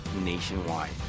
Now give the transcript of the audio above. nationwide